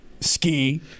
Ski